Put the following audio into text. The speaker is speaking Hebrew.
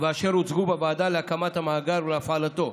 ואשר הוצגו בוועדה להקמת המאגר ולהפעלתו,